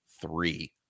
three